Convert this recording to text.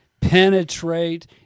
penetrate